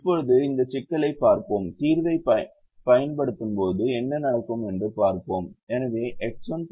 இப்போது இந்த சிக்கலைப் பார்ப்போம் தீர்வைப் பயன்படுத்தும்போது என்ன நடக்கும் என்று பார்ப்போம்